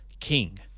King